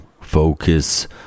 focus